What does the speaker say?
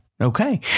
okay